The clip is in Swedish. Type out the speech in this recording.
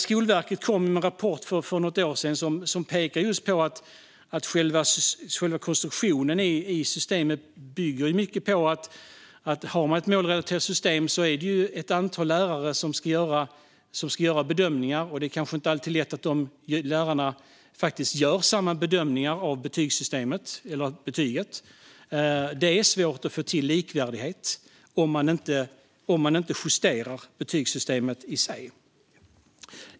Skolverket kom för något år sedan med en rapport som pekar på just att systemets själva konstruktion bygger mycket på att det med ett målrelaterat system är ett antal lärare som ska göra bedömningar, och det är kanske inte alltid lätt att se till att lärarna faktiskt gör samma betygsbedömningar. Det är svårt att få till likvärdighet om man inte justerar betygssystemet i sig.